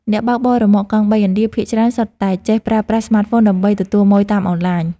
អ្នកបើកបររ៉ឺម៉កកង់បីឥណ្ឌាភាគច្រើន សុទ្ធតែចេះប្រើប្រាស់ស្មាតហ្វូនដើម្បីទទួលម៉ូយតាមអនឡាញ។